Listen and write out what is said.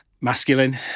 masculine